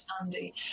Andy